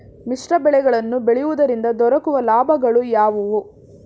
ಮಿಶ್ರ ಬೆಳೆಗಳನ್ನು ಬೆಳೆಯುವುದರಿಂದ ದೊರಕುವ ಲಾಭಗಳು ಯಾವುವು?